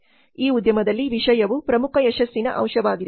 ಈ ಉದ್ಯಮದಲ್ಲಿ ವಿಷಯವು ಪ್ರಮುಖ ಯಶಸ್ಸಿನ ಅಂಶವಾಗಿದೆ